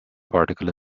particle